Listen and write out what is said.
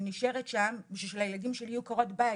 אני נשארת שם בשביל שלילדים שלי תהיה קורת ג.